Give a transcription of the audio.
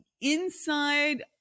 inside